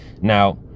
now